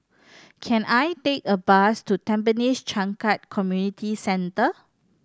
can I take a bus to Tampines Changkat Community Centre